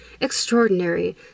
Extraordinary